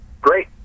great